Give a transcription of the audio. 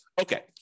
Okay